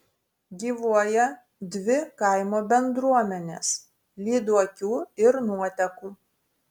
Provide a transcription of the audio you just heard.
gyvuoja dvi kaimo bendruomenės lyduokių ir nuotekų